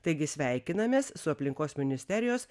taigi sveikinamės su aplinkos ministerijos